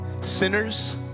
Sinners